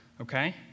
okay